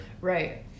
right